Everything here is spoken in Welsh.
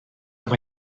mae